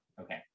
Okay